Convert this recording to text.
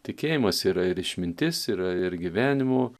tikėjimas yra ir išmintis yra ir gyvenimo